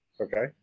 Okay